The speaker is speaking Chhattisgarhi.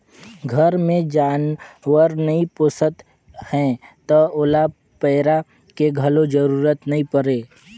घर मे जानवर नइ पोसत हैं त ओला पैरा के घलो जरूरत नइ परे